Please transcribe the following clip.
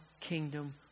kingdom